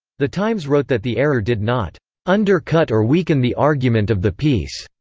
the times wrote that the error did not undercut or weaken the argument of the piece.